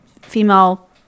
female